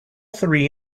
three